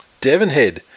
Devonhead